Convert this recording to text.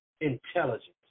intelligence